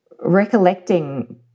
recollecting